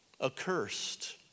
accursed